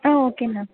okay ma'am